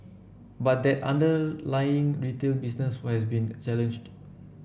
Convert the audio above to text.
but that underlying retail business who has been challenged